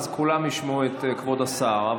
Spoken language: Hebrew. כולם ישמעו את כבוד השר.